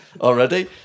already